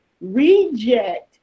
reject